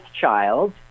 child